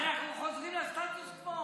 אנחנו חוזרים לסטטוס קוו.